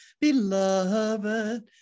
Beloved